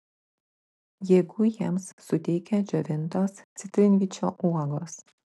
jėgų jiems suteikia džiovintos citrinvyčio uogos